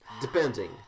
Depending